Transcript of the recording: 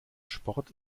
sport